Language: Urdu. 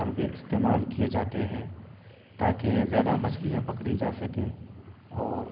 حربے استعمال کیے جاتے ہیں تاکہ زیادہ مچھلیاں پکڑی جا سکیں اور